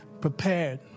prepared